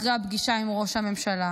אחרי הפגישה עם ראש הממשלה,